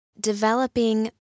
developing